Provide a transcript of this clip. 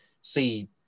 see